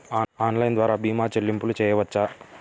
Online ద్వార భీమా చెల్లింపులు చేయవచ్చా?